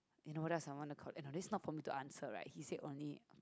you know what else I want to c~ oh no this is not for me to answer right he said only